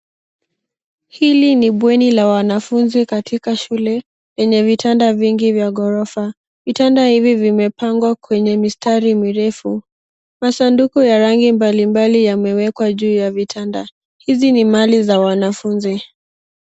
Hili ni bweni la wanafunzi katika shule lenye vitanda vingi vya ghorofa. Vitanda hivi vimepangwa kwenye mistari mirefu. Masanduku ya rangi mbalimbali yamewekwa juu ya vitanda. Hizi ni mali za wanafunzi.